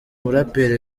muraperi